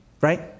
Right